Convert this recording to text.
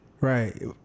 Right